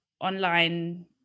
online